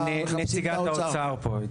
נציגת האוצר פה.